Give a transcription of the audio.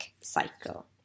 cycle